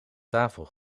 tafel